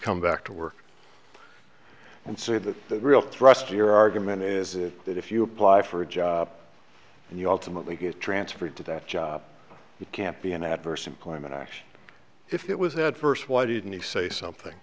come back to work and say that the real thrust of your argument is that if you apply for a job and you automatically get transferred to that job it can't be an adverse employment action if it was that first why didn't he say something